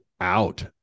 out